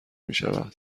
میشود